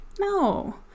No